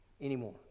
anymore